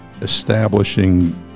establishing